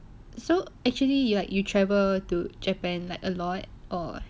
so actually you are you travel to japan like a lot or